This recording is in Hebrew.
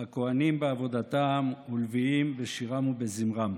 והכוהנים בעבודתם ולוויים בשירם ובזמרם.